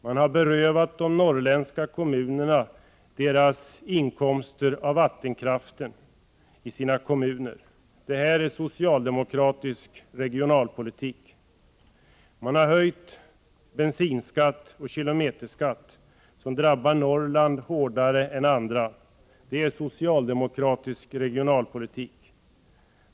Man har berövat de norrländska kommunerna deras inkomster av vattenkraften. Detta är socialdemokratisk regionalpolitik. Man har höjt bensinskatt och kilometerskatt, någonting som drabbar Norrland hårdare än andra. Detta är också socialdemokratisk regionalpolitik.